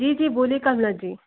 जी जी बोलिए कमला जी